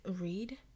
read